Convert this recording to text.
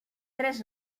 tres